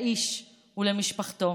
לאיש ולמשפחתו,